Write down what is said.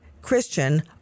Christian